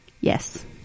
Yes